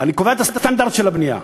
אני קובע את הסטנדרט של הבנייה,